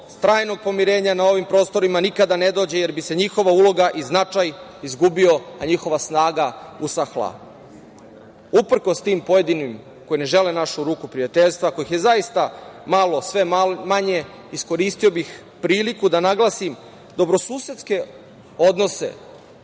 trajnog pomirenja na ovim prostorima nikada ne dođe, jer bi se njihova uloga i značaj izgubio, a njihova snaga usahla. Uprkos tim pojedinim koji ne žele našu ruku prijateljstva, kojih je zaista malo, sve manje, iskoristio bih priliku da naglasim dobrosusedske odnose